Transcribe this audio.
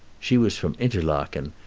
she was from interlaken,